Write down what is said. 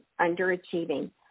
underachieving